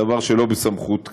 דבר שהוא לא בסמכות משרדי,